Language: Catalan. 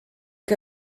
que